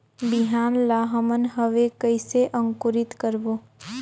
बिहान ला हमन हवे कइसे अंकुरित करबो?